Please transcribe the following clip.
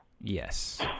Yes